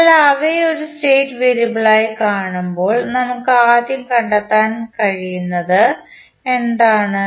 അതിനാൽ അവയെ ഒരു സ്റ്റേറ്റ് വേരിയബിളായി കാണുമ്പോൾ നമുക്ക് ആദ്യം കണ്ടെത്താൻ കഴിയുന്നത് എന്താണ്